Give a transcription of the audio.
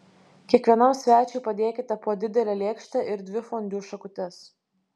kiekvienam svečiui padėkite po didelę lėkštę ir dvi fondiu šakutes